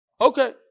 Okay